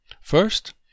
First